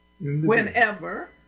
Whenever